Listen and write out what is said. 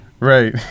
Right